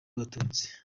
abatutsi